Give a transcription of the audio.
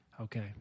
Okay